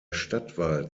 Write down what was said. stadtwald